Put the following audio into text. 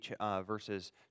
verses